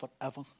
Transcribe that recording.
forever